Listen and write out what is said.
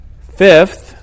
Fifth